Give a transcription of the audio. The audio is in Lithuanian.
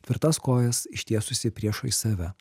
tvirtas kojas ištiesusi priešais save